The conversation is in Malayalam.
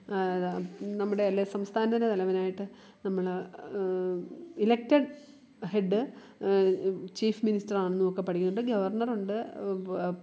നമ്മുടെയെല്ലാ സംസ്ഥാനത്തിന്റെ തലവനായിട്ട് നമ്മൾ ഇലക്റ്റഡ് ഹെഡ് ചീഫ് മിനിസ്റ്ററാണെന്നുമൊക്കെ പഠിക്കുന്നുണ്ട് ഗവർണറുണ്ട്